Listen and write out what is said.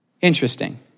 Interesting